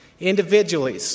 Individually